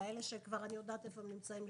כאלה שאני יודעת כבר איפה הם נמצאים,